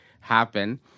happen